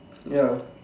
ya